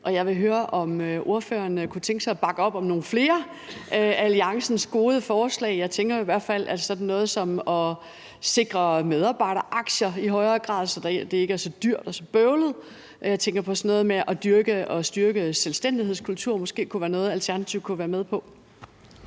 og jeg vil høre, om ordføreren kunne tænke sig at bakke op om nogle flere af alliancens gode forslag. Jeg tænker i hvert fald på sådan noget som at sikre medarbejderaktier i højere grad, så det ikke er så dyrt og bøvlet, og jeg tænker på sådan noget som at styrke selvstændighedskulturen. Det kunne måske være noget, Alternativet kunne være med på.